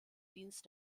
dienst